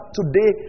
today